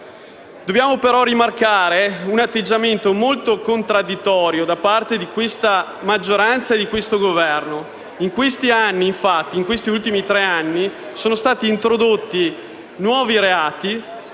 Dobbiamo però rimarcare un atteggiamento molto contraddittorio da parte di questa maggioranza e di questo Governo. In questi ultimi tre anni, infatti, sono stati introdotti nuovi reati,